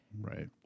Right